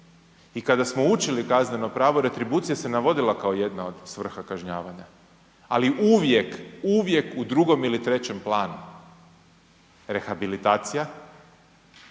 I kada smo učili kazneno pravo retribucija se navodila kao jedna od svrha kažnjavanja, ali uvijek, uvijek u drugom ili trećem planu. Rehabilitacija,